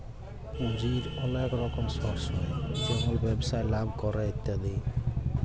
পুঁজির ওলেক রকম সর্স হ্যয় যেমল ব্যবসায় লাভ ক্যরে ইত্যাদি